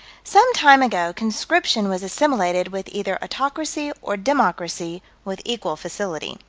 some time ago conscription was assimilated with either autocracy or democracy with equal facility.